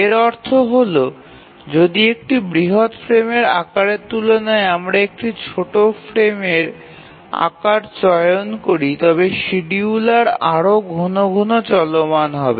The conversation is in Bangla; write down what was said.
এর অর্থ হল যদি একটি বৃহৎ ফ্রেমের আকারের তুলনায় আমরা একটি ছোট ফ্রেমের আকার চয়ন করি তবে শিডিয়ুলার আরও ঘন ঘন চলমান হবে